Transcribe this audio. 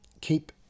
keep